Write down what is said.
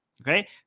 Okay